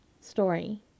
story